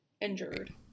injured